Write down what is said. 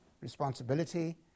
responsibility